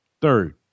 Third